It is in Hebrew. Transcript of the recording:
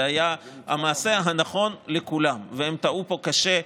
זה היה המעשה הנכון לכולם, והם טעו פה טעות קשה,